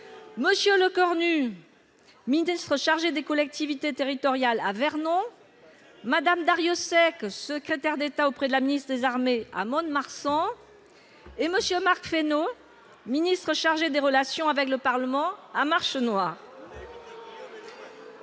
M. Lecornu, ministre chargé des collectivités territoriales, à Vernon ; Mme Darrieussecq, secrétaire d'État auprès de la ministre des armées, à Mont-de-Marsan ; et enfin, M. Marc Fesneau, ministre chargé des relations avec le Parlement, à Marchenoir.